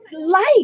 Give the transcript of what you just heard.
Life